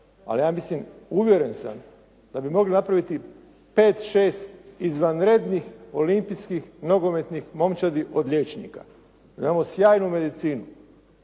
ali ja mislim, uvjeren sam da bi mogli napraviti pet, šest izvanrednih olimpijskih, nogometnih momčadi od liječnika jer imamo sjajnu medicinu.